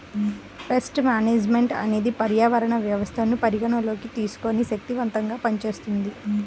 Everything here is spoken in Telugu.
పేస్ట్ మేనేజ్మెంట్ అనేది పర్యావరణ వ్యవస్థను పరిగణలోకి తీసుకొని శక్తిమంతంగా పనిచేస్తుంది